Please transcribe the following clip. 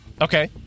Okay